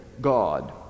God